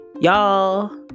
y'all